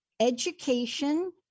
Education